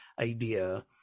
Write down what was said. idea